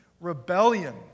rebellion